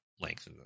length